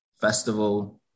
Festival